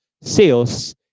sales